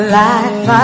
life